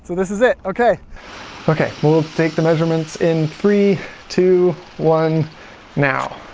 this is it okay okay we'll take the measurements in three two one now